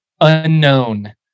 unknown